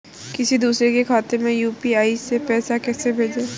किसी दूसरे के खाते में यू.पी.आई से पैसा कैसे भेजें?